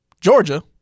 Georgia